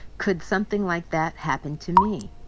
could something like that happen to me?